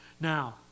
Now